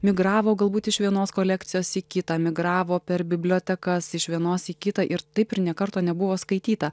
migravo galbūt iš vienos kolekcijos į kitą migravo per bibliotekas iš vienos į kitą ir taip ir nė karto nebuvo skaityta